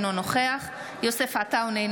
אינו נוכח יוסף עטאונה,